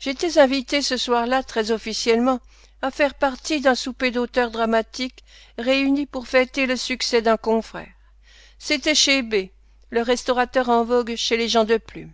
j'étais invité ce soir-là très officiellement à faire partie d'un souper d'auteurs dramatiques réunis pour fêter le succès d'un confrère c'était chez b le restaurateur en vogue chez les gens de plume